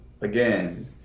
again